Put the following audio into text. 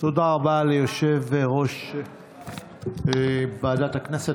תודה רבה ליושב-ראש ועדת הכנסת.